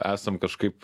esam kažkaip